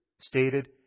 stated